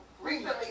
recently